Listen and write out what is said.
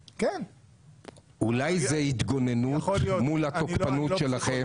אולי זה התגוננות מול התוקפנות שלכם?